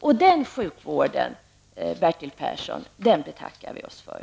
Och den sjukvården, Bertil Persson, betackar vi oss för.